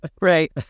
Right